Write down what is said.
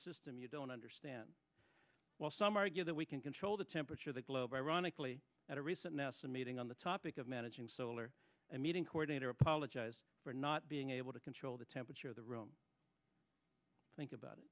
system you don't understand well some argue that we can control the temperature of the globe ironically at a recent nasa meeting on the topic of managing solar and meeting coordinator apologized for not being able to control the temperature of the room think about it